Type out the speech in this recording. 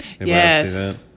Yes